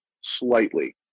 slightly